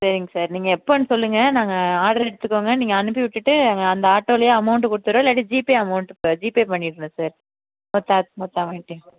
சரிங்க சார் நீங்கள் எப்போதுன்னு சொல்லுங்க நாங்கள் ஆர்ட்ரு எடுத்துக்கோங்க நீங்கள் அனுப்பி விட்டுட்டு அங்கே அந்த ஆட்டோலேயே அமௌண்டு கொடுத்துறோம் இல்லாட்டி ஜிபே அமௌண்டு இப்போ ஜிபே பண்ணிவிட்றேன் சார் மொத்த மொத்த அமௌண்ட்டேயும்